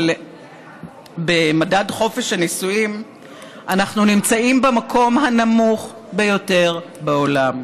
אבל במדד חופש הנישואים אנחנו נמצאים במקום הנמוך ביותר בעולם,